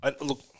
look